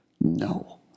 No